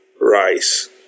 Rice